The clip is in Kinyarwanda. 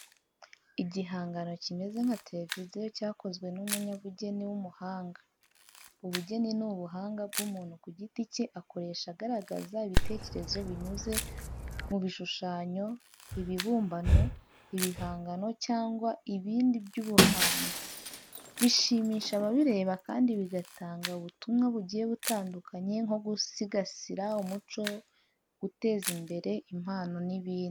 Igihangano kimeze nka televiziyo cyakozwe n'umunyabugeni w'umuhanga. Ubugeni ni ubuhanga bw'umuntu ku giti cye akoresha agaragaza ibitekerezo binyuze mu bishushanyo, ibibumbano, ibihangano cyangwa ibindi by’ubuhanzi. Bishimisha ababireba kandi bigatanga ubutumwa bugiye butandukanye nko gusigasira umuco, guteza imbere impano n'ibindi.